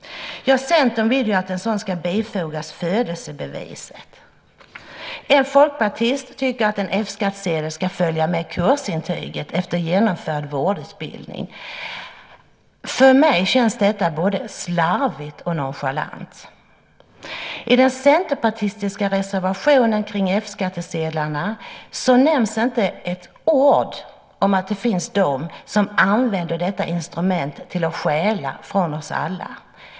Centern vill att en sådan ska bifogas födelsebeviset. En folkpartist tycker att en F-skattsedel ska följa med kursintyget efter genomförd vårdutbildning. För mig känns detta både slarvigt och nonchalant. I den centerpartistiska reservationen om F-skattsedlarna nämns inte ett ord om att det finns de som använder detta instrument till att stjäla från oss alla.